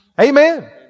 amen